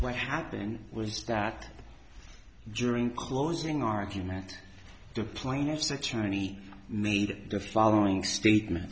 what happened was that during closing argument the plaintiff's attorney made the following statement